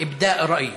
הבעת דעה.)